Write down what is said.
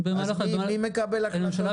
במהלך הזמן --- אז מי מקבל החלטות כאלה?